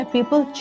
People